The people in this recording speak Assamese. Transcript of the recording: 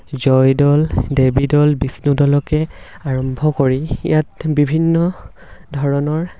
জয়দৌল দেৱীদৌল বিষ্ণুদৌলকে আৰম্ভ কৰি ইয়াত বিভিন্ন ধৰণৰ